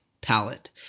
palette